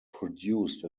produced